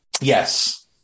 Yes